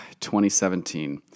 2017